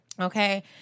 Okay